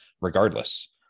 regardless